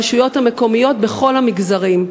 נשים ברשויות המקומיות בכל המגזרים.